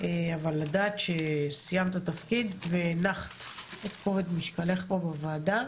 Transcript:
אבל לדעת שסיימת את התפקיד והנחת את כובד משקלך פה בוועדה.